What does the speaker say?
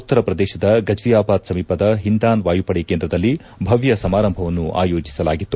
ಉತ್ತರ ಪ್ರದೇಶದ ಗಜಿಯಾಬಾದ್ ಸಮೀಪದ ಹಿಂದಾನ್ ವಾಯುಪಡೆ ಕೇಂದ್ರದಲ್ಲಿ ಭವ್ದ ಸಮಾರಂಭವನ್ನು ಆಯೋಜಿಸಲಾಗಿತ್ತು